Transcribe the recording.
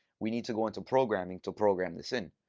we need to go into programming to program this in.